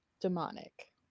demonic